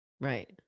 Right